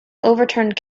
overturned